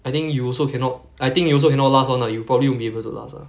I think you also cannot I think you also cannot last [one] ah you probably won't be able to last ah